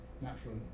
natural